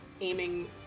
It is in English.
aiming